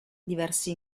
diversi